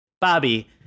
Bobby